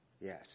yes